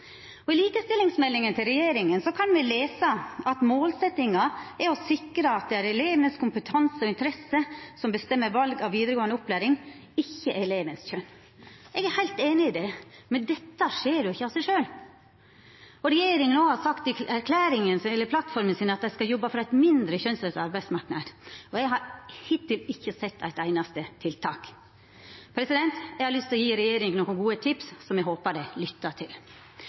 I likestillingsmeldinga til regjeringa kan me lesa at målsetjinga er å sikra at det er elevane sin kompetanse og interesser som bestemmer val av vidaregåande opplæring, ikkje kjønn. Eg er heilt einig i det, men dette skjer jo ikkje av seg sjølv. Regjeringa har òg sagt i plattforma si at dei skal jobba for ein mindre kjønnsdelt arbeidsmarknad. Eg har hittil ikkje sett eit einaste tiltak. Eg har lyst å gje regjeringa nokre gode tips, som eg håpar dei lyttar til.